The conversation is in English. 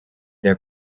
their